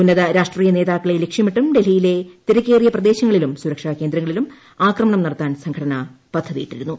ഉന്നത രാഷ്ട്രീയ നേതാക്കളെ ലക്ഷ്യമിട്ടും ഡ്ട്ര്ലഹിയിലെ തിരക്കേറിയ പ്രദേശങ്ങളിലും സുരക്ഷാ കേന്ദ്രങ്ങളിലും ആക്രമണം നടത്താൻ സംഘന പദ്ധതിയിട്ടിരുന്നു